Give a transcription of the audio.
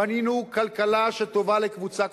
בנינו כלכלה שטובה לקבוצה קטנה.